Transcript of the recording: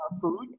food